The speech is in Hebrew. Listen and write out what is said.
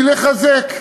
הוא לחזק,